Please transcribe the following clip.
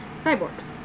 cyborgs